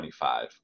25